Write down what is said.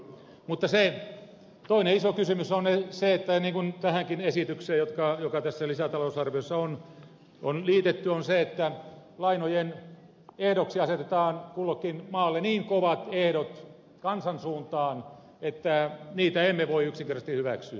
mutta se toinen iso kysymys niin kuin tähänkin esitykseen joka tässä lisätalousarviossa on on liitetty on se että lainojen ehdoksi asetetaan kullekin maalle niin kovat ehdot kansan suuntaan että niitä emme voi yksinkertaisesti hyväksyä